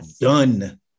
done